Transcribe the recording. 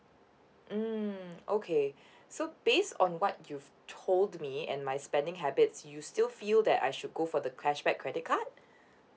mm okay so based on what you've told to me and my spending habits you still feel that I should go for the cashback credit card